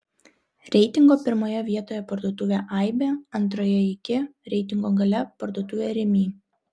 reitingo pirmoje vietoje parduotuvė aibė antroje iki reitingo gale parduotuvė rimi